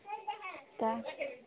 तऽ